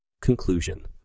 Conclusion